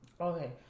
okay